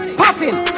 popping